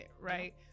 right